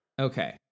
Okay